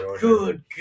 Good